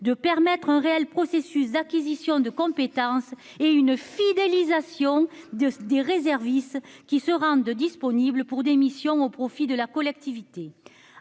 de permettre un réel processus d'acquisition de compétences et une fidélisation de des réservistes qui se rendent, disponible pour des missions au profit de la collectivité,